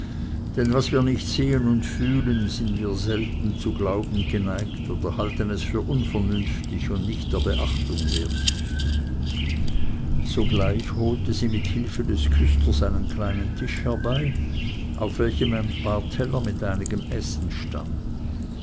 denn was wir nicht sehen und fühlen sind wir selten zu glauben geneigt oder halten es für unvernünftig und nicht der beachtung wert sogleich holte sie mit hilfe des küsters einen kleinen tisch herbei auf welchem ein paar teller mit einigem essen standen